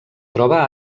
troba